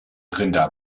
rinder